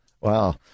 Wow